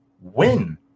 win